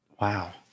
Wow